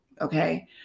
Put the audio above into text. Okay